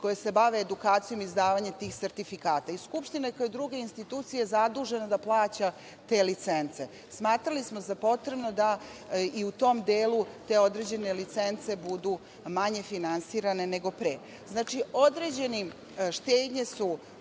koje se bave edukacijom izdavanja tih sertifikata. Skupština kao i druge institucije zadužena je da plaća te licence. Smatrali smo za potrebno da i u tom delu te određene licence budu manje finansirane nego pre. Znači, određene su štednje u